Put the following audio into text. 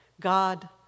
God